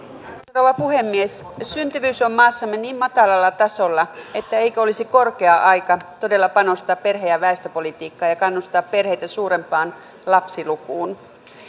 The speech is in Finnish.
rouva puhemies syntyvyys on maassamme niin matalalla tasolla että eikö olisi korkea aika todella panostaa perhe ja väestöpolitiikkaan ja kannustaa perheitä suurempaan lapsilukuun